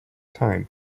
time